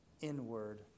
inward